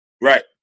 Right